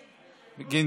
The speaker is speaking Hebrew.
2020, נתקבלה.